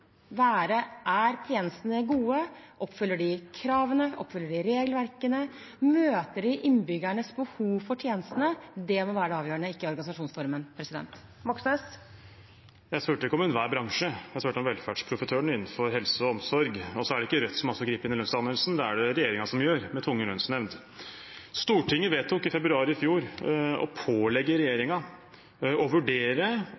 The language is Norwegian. være: Er tjenestene gode, oppfyller de kravene, følger de regelverkene, møter de innbyggernes behov for tjenester? Det må være det avgjørende, ikke organisasjonsformen. Jeg spurte ikke om enhver bransje, jeg spurte om velferdsprofitørene innenfor helse og omsorg. Og så er det ikke Rødt som griper inn i lønnsdannelsen, det er det regjeringen som gjør, med tvungen lønnsnemnd. Stortinget vedtok i februar i fjor å pålegge